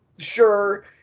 Sure